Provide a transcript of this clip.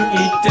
eat